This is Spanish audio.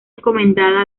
encomendada